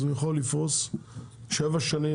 אז הוא יכול לפרוס שבע שנים,